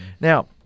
Now